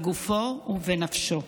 בגופו ובנפשו.